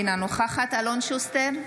אינה נוכחת אלון שוסטר,